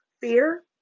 fear